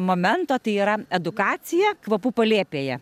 momento tai yra edukacija kvapų palėpėje